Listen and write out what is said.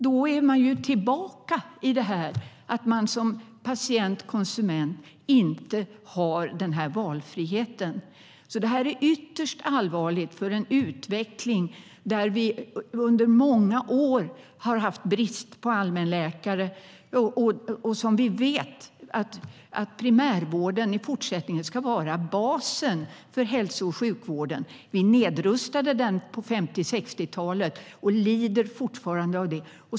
Då är man tillbaka i detta att man som patient och konsument inte har valfrihet. Det här är ytterst allvarligt för en utveckling där vi under många år har haft brist på allmänläkare. Vi vet att primärvården i fortsättningen ska vara basen för hälso och sjukvården. Vi nedrustade den på 50 och 60-talet, och vi lider fortfarande av det.